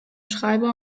schreiber